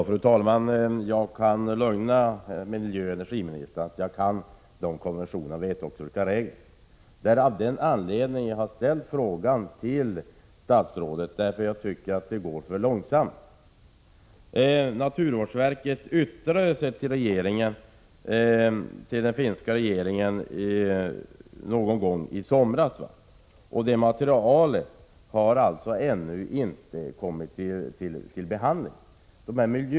Fru talman! Jag kan lugna miljöoch energiministern med att jag kan de aktuella konventionerna och vet vilka regler som gäller. Jag har ställt frågan till statsrådet därför att jag tycker att det går för långsamt. Naturvårdsverket yttrade sig till den finska regeringen någon gång i somras. Det då överlämnade materialet har alltså ännu inte kommit till behandling.